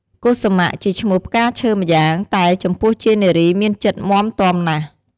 កុសុមៈ ជាឈ្មោះផ្កាឈើម្យ៉ាង តែចំពោះជានារីមានចិត្តមាំទាំណាស់។